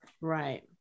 right